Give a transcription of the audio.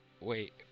Wait